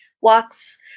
Walks